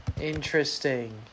Interesting